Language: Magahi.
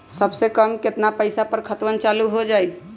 सबसे कम केतना पईसा पर खतवन चालु होई?